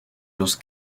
los